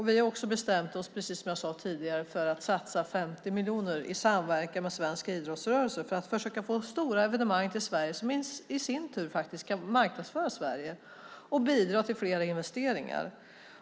Vi har också bestämt oss för, precis som jag sade tidigare, att satsa 50 miljoner i samverkan med svensk idrottsrörelse för att försöka få stora evenemang till Sverige, vilket i sin tur faktiskt kan marknadsföra Sverige och bidra till flera investeringar.